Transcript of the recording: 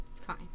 Fine